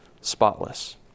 spotless